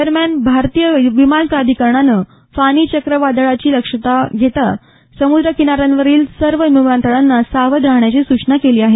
दरम्यान भारतीय विमान प्राधीकरणानं फानी चक्रीवादळाची शक्यता लक्षात घेता समुद्र किनाऱ्यांवरील सर्व विमानतळांना सावध राहण्याची सूचना केली आहे